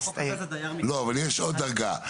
יש עוד דרגה.